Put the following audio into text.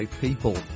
people